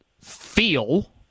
feel